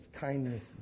kindness